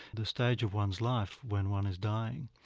the stage of one's life when one is dying,